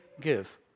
give